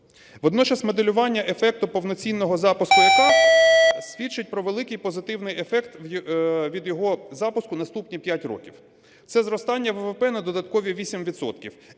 Водночас моделювання ефекту повноцінного запуску ЕКА свідчить про великий позитивний ефект від його запуску наступні 5 років. Це зростання ВВП на додаткові 8